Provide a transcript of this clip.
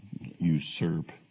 usurp